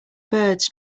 birds